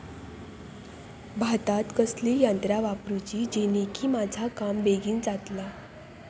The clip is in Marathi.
भातात कसली यांत्रा वापरुची जेनेकी माझा काम बेगीन जातला?